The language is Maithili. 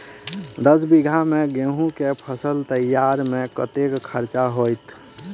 दस बीघा मे गेंहूँ केँ फसल तैयार मे कतेक खर्चा हेतइ?